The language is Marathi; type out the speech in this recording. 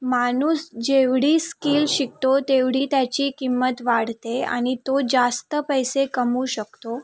माणूस जेवढी स्किल शिकतो तेवढी त्याची किंमत वाढते आणि तो जास्त पैसे कमावू शकतो